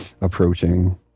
approaching